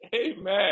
Amen